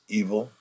evil